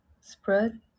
spread